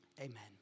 Amen